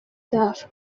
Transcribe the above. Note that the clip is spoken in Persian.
دفع